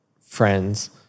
friends